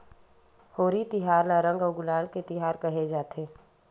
होरी तिहार ल रंग अउ गुलाल के तिहार केहे जाथे